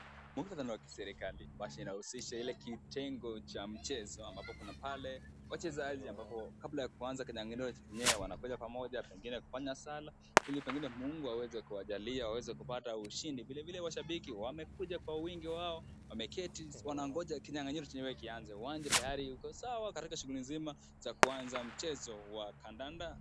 Muktadha ni wa kiserikali, basi inahusisha Ile kitengo cha mchezo ambapo kuna pale wachezaji ambapo kabla kuanza kinyang'anyiro enyewe wanakuja pamoja pengine kufanya sala Ili pengine Mungu aweze kuwajalia, aweze kupata ushindi. Vile vile mashabiki wamekuja kwa wingi wao. Wameketi, wanangoja kinyang'anyiro enyewe kianze. Uwanja tayari Yuko sawa katika shughuli nzima za kuanza mchezo wa kandanda.